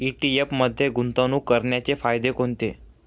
ETF मध्ये गुंतवणूक करण्याचे फायदे कोणते?